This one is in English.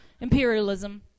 imperialism